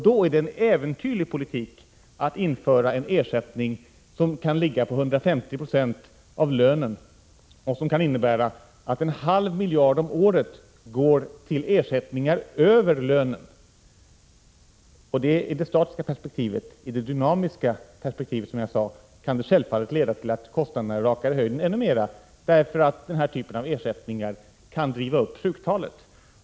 Då är det en äventyrlig politik att införa en ersättning som kan ligga på 150 26 av lönen och som kan innebära att en halv miljard om året går till ersättningar över lönen. Det är i det statiska perspektivet. I det dynamiska perspektivet, som jag sade, kan det självfallet leda till att kostnaderna rakar i höjden ännu mer, eftersom denna typ av ersättningar kan driva upp sjuktalet.